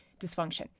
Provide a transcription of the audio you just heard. dysfunction